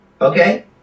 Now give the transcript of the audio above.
Okay